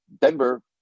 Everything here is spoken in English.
Denver